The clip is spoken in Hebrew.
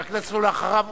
אחריו,